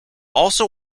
also